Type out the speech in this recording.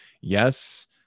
Yes